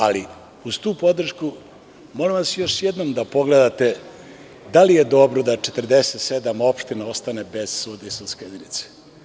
Ali, uz tu podršku, molim vas još jednom da pogledate da li je dobro da 47 opština ostane bez sudije i sudske jedinice.